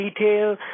retail